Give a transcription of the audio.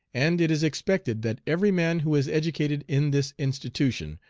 and it is expected that every man who is educated in this institution,